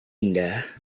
indah